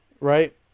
Right